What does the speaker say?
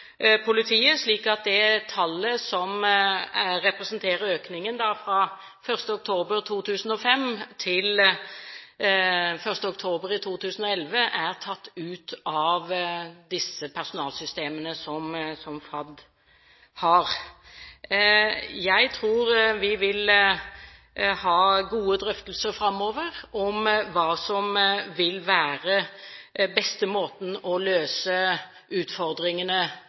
politiet, slik at det tallet som representerer økningen fra 1. oktober 2005 til 1. oktober 2011, er tatt ut av disse personalsystemene som FAD har. Jeg tror vi vil ha gode drøftelser framover om hva som vil være den beste måten å møte utfordringene